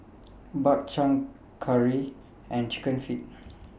Bak Chang Curry and Chicken Feet